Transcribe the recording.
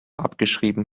abgeschrieben